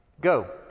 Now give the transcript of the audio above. Go